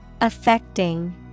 Affecting